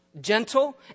Gentle